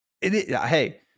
Hey